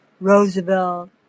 Roosevelt